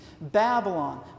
Babylon